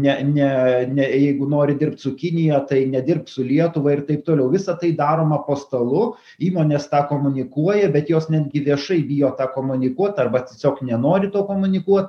ne ne ne jeigu nori dirbt su kinija tai nedirbk su lietuva ir taip toliau visa tai daroma po stalu įmonės tą komunikuoja bet jos netgi viešai bijo tą komunikuot arba tiesiog nenori to komunikuot